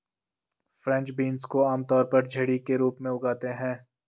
French beans को आमतौर पर झड़ी के रूप में उगाते है